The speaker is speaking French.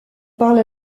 parle